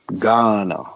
Ghana